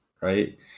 Right